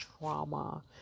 trauma